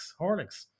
horlicks